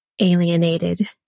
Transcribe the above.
alienated